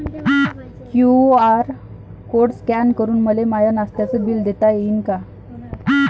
QR code scan करून मले माय नास्त्याच बिल देता येईन का?